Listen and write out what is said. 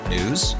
News